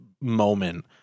moment